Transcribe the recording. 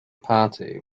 party